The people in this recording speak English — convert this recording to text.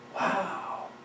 Wow